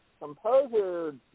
Composer